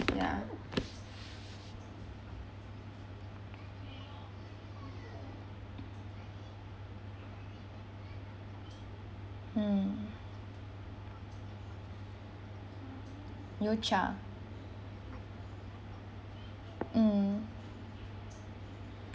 ya mm Yocha mm